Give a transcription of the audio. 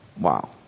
wow